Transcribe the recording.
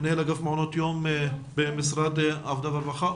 מנהל אגף מעונות יום במשרד העבודה והרווחה.